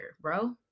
bro